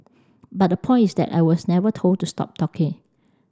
but the point is that I was never told to stop talking